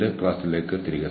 ചില സ്രോതസ്സുകൾ